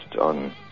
on